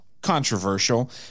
controversial